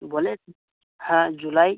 ᱵᱚᱞᱮ ᱦᱮᱸ ᱡᱩᱞᱟᱭ